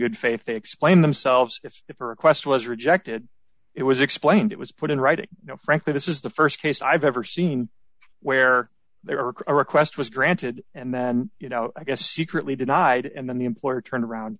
good faith they explain themselves if the for request was rejected it was explained it was put in writing you know frankly this is the st case i've ever seen where there are a request was granted and then you know i guess secretly denied and then the employer turned